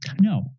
No